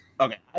Okay